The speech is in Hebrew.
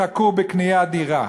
חכו בקניית דירה.